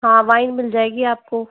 हाँ वाइन मिल जाएगी आपको